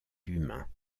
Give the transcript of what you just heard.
d’humain